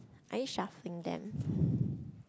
are you shuffling them